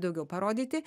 daugiau parodyti